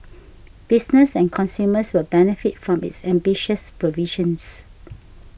business and consumers will benefit from its ambitious provisions